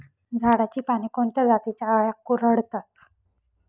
झाडाची पाने कोणत्या जातीच्या अळ्या कुरडतात?